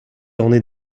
ornée